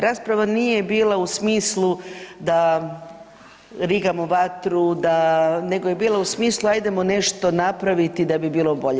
Rasprava nije bila u smislu da rigamo vatru, da, nego je bila u smislu ajdemo nešto napraviti da bi bilo bolje.